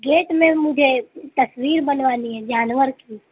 get میں مجھے تصویر بنوانی ہے جانور کی